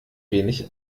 wenig